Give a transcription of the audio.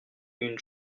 une